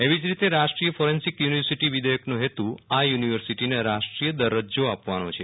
એવી જ રીતે રાષ્ટ્રીય ફોરેન્સીક યુનિવર્સિટી વિઘેયકનો હેતુ આ યુનિવર્સિટીને રાષ્ટ્રીઘ દર્જો આપવાનો છે